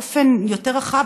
באופן יותר רחב,